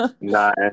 Nice